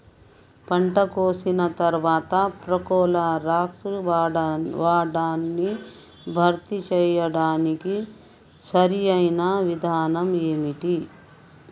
పంట కోసిన తర్వాత ప్రోక్లోరాక్స్ వాడకాన్ని భర్తీ చేయడానికి సరియైన విధానం ఏమిటి?